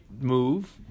move